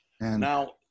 Now